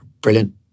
brilliant